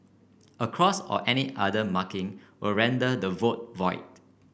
a cross or any other marking will render the vote void